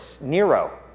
Nero